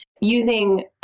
using